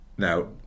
Now